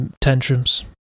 tantrums